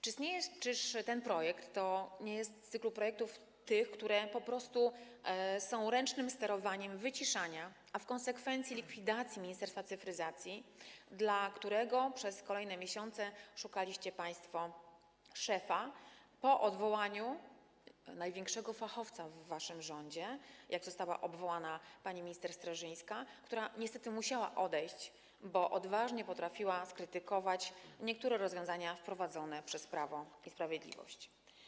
Czyż ten projekt nie jest z cyklu projektów, które służą po prostu ręcznemu sterowaniu wyciszania, a w konsekwencji likwidacji Ministerstwa Cyfryzacji, dla którego przez kolejne miesiące szukaliście państwo szefa po odwołaniu największego fachowca w waszym rządzie, jak to została obwołana pani minister Streżyńska, która niestety musiała odejść, bo odważnie potrafiła skrytykować niektóre rozwiązania wprowadzone przez Prawo i Sprawiedliwość?